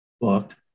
book